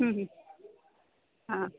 ಹ್ಞೂ ಹ್ಞೂ ಹಾಂ